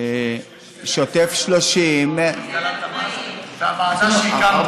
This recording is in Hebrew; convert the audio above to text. שוטף פלוס 30. המס והמועצה שהקמנו.